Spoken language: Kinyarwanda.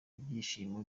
ibyishimo